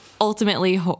ultimately